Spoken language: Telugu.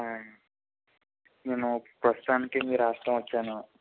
నేను ప్రస్తుతానికి మీ రాష్ట్రం వచ్చాను